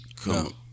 Come